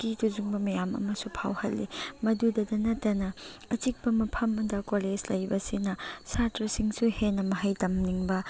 ꯑꯀꯤ ꯇꯨꯖꯨꯡꯕ ꯃꯌꯥꯝ ꯑꯃꯁꯨ ꯐꯥꯎꯍꯜꯂꯤ ꯃꯗꯨꯗꯇ ꯅꯠꯇꯅ ꯑꯆꯤꯛꯄ ꯃꯐꯝꯗ ꯀꯣꯂꯦꯖ ꯂꯩꯕꯁꯤꯅ ꯁꯥꯇ꯭ꯔꯥꯁꯤꯡꯁꯨ ꯍꯦꯟ ꯃꯍꯩ ꯇꯝꯅꯤꯡꯕ